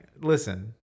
listen